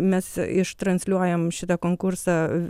mes ištransliuojam šitą konkursą